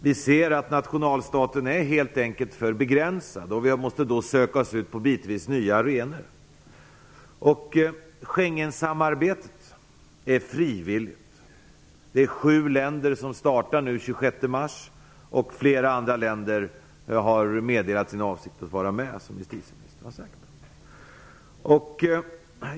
Vi ser att nationalstaten helt enkelt är för begränsad. Därför måste vi söka oss ut på delvis nya arenor. Schengensamarbetet är frivilligt. Det är sju länder som nu ansluter sig den 26 mars. Ytterligare flera länder har meddelat sin avsikt att vara med, som justitieministern sade.